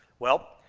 well,